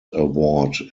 award